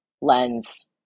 lens